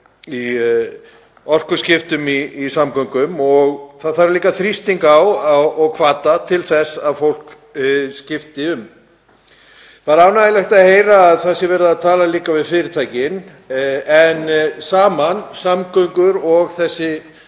í orkuskiptum í samgöngum og það þarf líka þrýsting og hvata til þess að fólk skipti um. Það er ánægjulegt að heyra að það sé verið að tala líka við fyrirtækin en saman falla samgöngur og þessi